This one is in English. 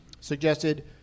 suggested